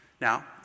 Now